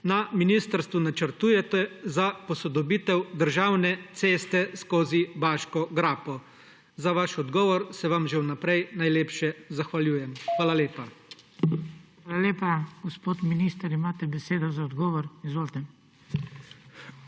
na ministrstvu načrtujete za posodobitev državne ceste skozi Baško grapo? Za vaš odgovor se vam že vnaprej najlepše zahvaljujem. Hvala lepa. PODPREDSEDNIK BRANKO SIMONOVIČ: Hvala lepa. Gospod minister, imate besedo za odgovor. Izvolite.